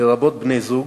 לרבות בני-זוג,